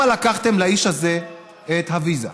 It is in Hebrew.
למה לקחתם לאיש הזה את הוויזה?